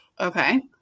Okay